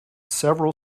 several